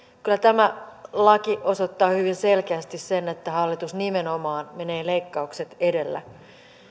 kyllä tämä laki osoittaa hyvin selkeästi sen että hallitus nimenomaan menee leikkaukset edellä